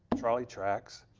trolley tracks,